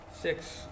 six